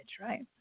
right